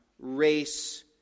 race